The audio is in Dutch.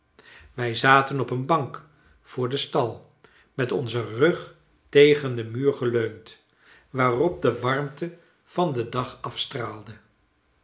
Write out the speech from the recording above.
wij zaten op een bank voor den stal met onzen rug tegen den muur geleund waarop de warmte van den dag afstraalde